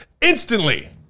instantly